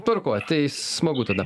tvarkoj tai smagu tada